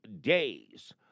days